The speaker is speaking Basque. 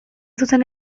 zuzen